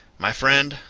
my friend,